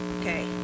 Okay